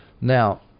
Now